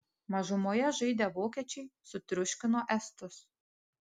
mažumoje žaidę vokiečiai sutriuškino estus